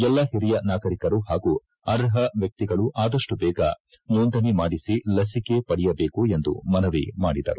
ಎಲ್ಲ ಓರಿಯ ನಾಗರಿಕರು ಪಾಗೂ ಅರ್ಪ ವ್ಯಕ್ತಿಗಳು ಆದಷ್ಟು ಬೇಗ ನೋಂದಣಿ ಮಾಡಿಸಿ ಲಸಿಕೆ ಪಡೆಯಬೇಕೆಂದು ಮನವಿ ಮಾಡಿದರು